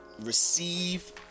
receive